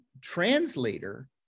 translator